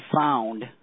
found